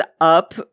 up